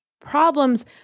problems